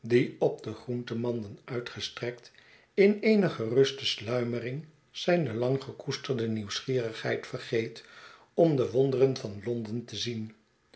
op de groentemanden uitgestrekt in eene geruste sluimering zijne langgekoesterdenieuwsgierigheid vergeet om de wonderen van londen te zien